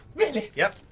really? yep.